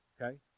okay